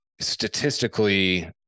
statistically